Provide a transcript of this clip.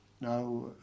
Now